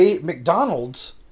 McDonald's